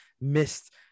missed